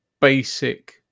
basic